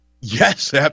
Yes